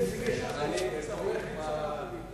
אני תומך בהעברת